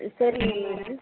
சரிங்க மேடம்